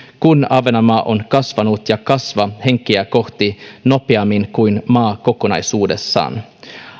kun ahvenanmaa on kasvanut ja kasvaa henkeä kohti nopeammin kuin maa kokonaisuudessaan